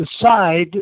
decide